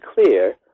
clear